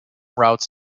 routes